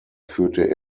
führte